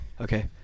okay